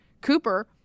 Cooper